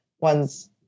one's